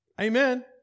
Amen